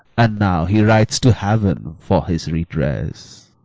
and now he writes to heaven for his redress.